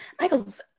Michael's